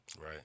Right